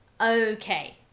Okay